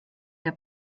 der